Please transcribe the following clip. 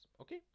okay